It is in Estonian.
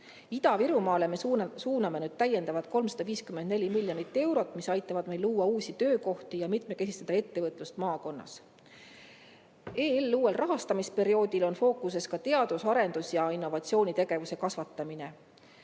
Ida-Virumaale suuname täiendavalt 354 miljonit eurot, mis aitab luua uusi töökohti ja mitmekesistada ettevõtlust maakonnas. EL-i uuel rahastamisperioodil on fookuses teadus-, arendus- ja innovatsioonitegevuse kasvatamine.